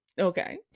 Okay